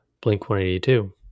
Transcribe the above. Blink-182